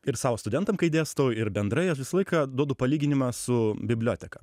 ir savo studentam kai dėstau ir bendrai aš visą laiką duodu palyginimą su biblioteka